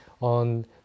on